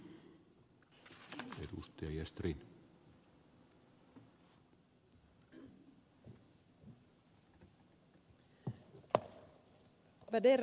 ärade talman